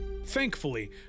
Thankfully